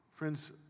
Friends